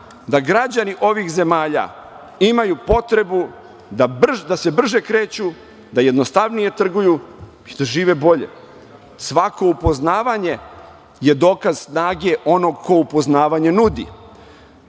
da građani ovih zemalja imaju potrebu da se brže kreću, da jednostavnije trguju i da žive bolje. Svako upoznavanje je dokaz snage onog ko upoznavanje nudi.